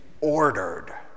ordered